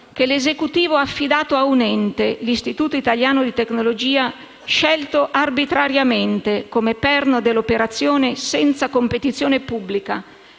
che l'Esecutivo ha affidato a un ente, l'Istituto italiano di tecnologia, scelto arbitrariamente come perno dell'operazione senza competizione pubblica,